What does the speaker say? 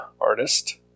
artist